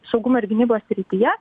saugumo ir gynybos srityje